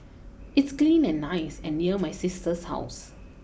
it's clean and nice and near my sister's house